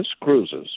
Cruises